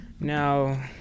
Now